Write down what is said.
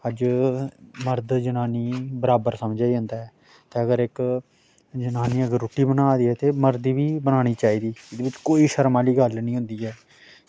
अज्ज मरद जनानियें गी बराबर समझेआ जंदा ऐ ते अगर इक जनानी अगर रुट्टी बना दी ऐ ते मरद गी बी बनानी चाहिदी एह्दे च कोई शर्म आह्ली गल्ल निं होंदी ऐ